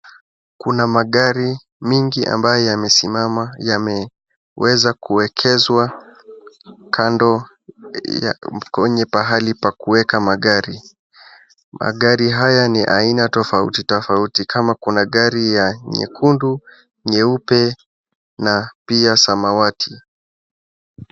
Kuna magari mingi ambayo yamesimama yameweza kuwekezwa kando ya, kwenye mahali pa kuweka magari. Magari haya ni aina tofauti tofauti, kama kuna magari ya nyekundu, nyeupe na pia samawati.